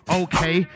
okay